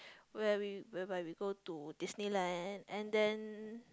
where we whereby we go to Disneyland and then